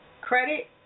Credit